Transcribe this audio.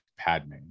Padme